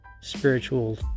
spiritual